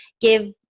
give